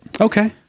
okay